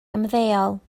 ymddeol